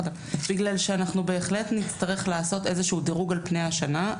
בגלל שאנחנו בהחלט נצטרך לעשות איזשהו דירוג על פני השנה.